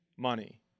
Money